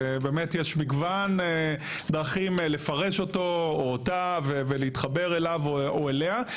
ובאמת יש מגוון דרכים לפרש אותו או אותה ולהתחבר אליו או אליה,